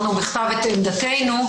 העברנו בכתב את עמדתנו.